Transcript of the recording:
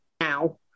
now